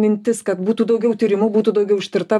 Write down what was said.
mintis kad būtų daugiau tyrimų būtų daugiau ištirta